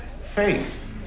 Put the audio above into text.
faith